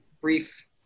brief